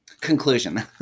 conclusion